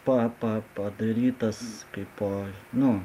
pa pa padarytas kaipo nu